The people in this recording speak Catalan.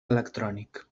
electrònic